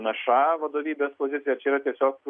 nša vadovybės pozicija ar čia yra tiesiog